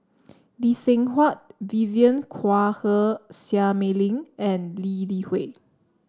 Lee Seng Huat Vivien Quahe Seah Mei Lin and Lee Li Hui